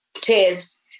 test